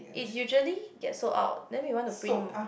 if usually get sold out then we want to print